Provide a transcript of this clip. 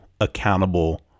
accountable